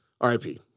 RIP